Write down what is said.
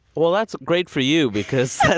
well, that's great for you, because ah